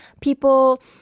people